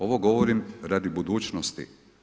Ovo govorim radi budućnosti.